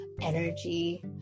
energy